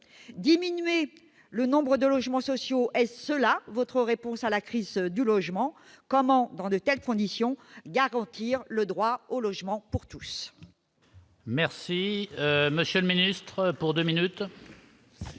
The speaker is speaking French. diminuer le nombre de logements sociaux Est-ce là votre réponse à la crise du logement, comment dans de telles conditions, garantir le droit au logement pour tous.